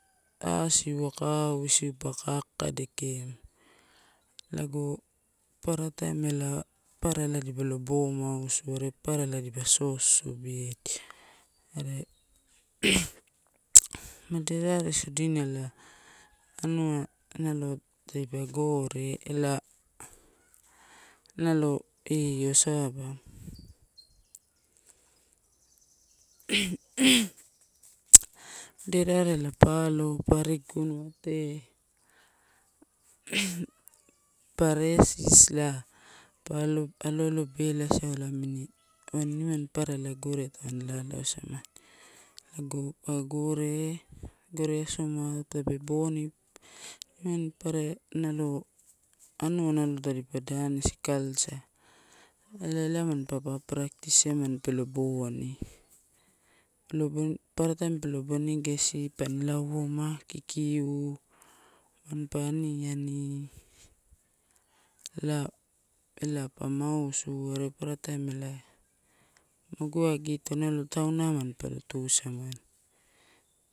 Asiu aka au isiu pa kakadeke emu, lago papara taim elae papara elipa lo bo mausu are papara ela elipa sosobiedia. Are moderate sodino elae anua nalo tadipa gore ela nalo io saba moderarela pa alo, pa ariguguno atea pa resisi ela pa alo, pa alo alo bela isau ela amini waini nimam, wain nimani papara ela gore tam ani lalauisamani, lago pa gore, gore asoma tape boni nimani papara nalo anua tadipa alanis culture. Ela, ela mampa pa parae tis emani pelo boni, pelo lauouma, kikiu mampa aniani ela, ela, pa mausu are papare taim ela, maguagito nalo taunai mampa tusamami.